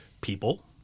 People